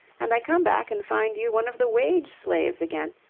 and i come back and find you one of the wage-slaves again.